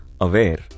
aware